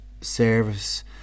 service